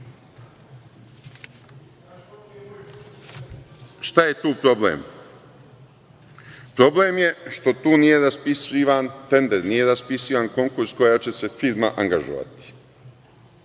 Šta je tu problem? Problem je što tu nije raspisan tender, nije raspisan konkurs koja će se firma angažovati. Postoji